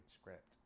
script